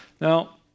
Now